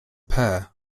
pair